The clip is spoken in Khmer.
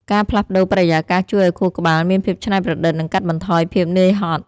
ការផ្លាស់ប្តូរបរិយាកាសជួយឱ្យខួរក្បាលមានភាពច្នៃប្រឌិត និងកាត់បន្ថយភាពនឿយហត់។